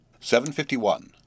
751